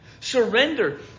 Surrender